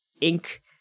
ink